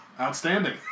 outstanding